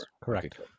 correct